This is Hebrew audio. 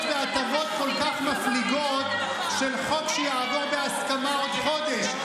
והטבות כל כך מפליגות של חוק שיעבור בהסכמה בעוד חודש?